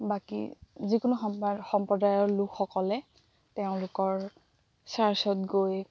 বাকী যিকোনো সম্প্ৰদায়ৰ লোকসকলে তেওঁলোকৰ চাৰ্চত গৈ